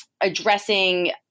addressing